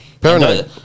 Paranoid